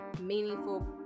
meaningful